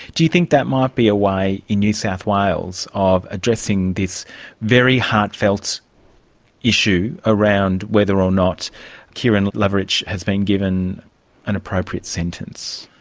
do you think that might be a way in new south wales of addressing this very heartfelt issue around whether or not kieren loveridge has been given an appropriate sentence?